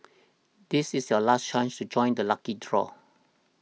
this is your last chance to join the lucky trawl